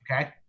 Okay